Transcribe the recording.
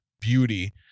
beauty